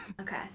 Okay